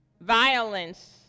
violence